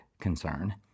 concern